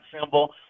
symbol